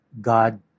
God